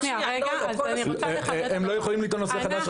הם לא יכולים לטעון נושא חדש.